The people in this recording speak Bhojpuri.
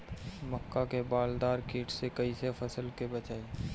मक्का में बालदार कीट से कईसे फसल के बचाई?